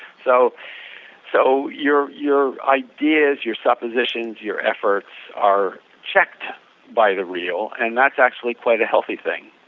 so so your your ideas, your suppositions, your efforts are checked by the real, and that's actually quite a healthy thing.